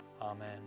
Amen